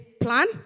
plan